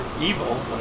evil